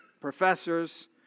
professors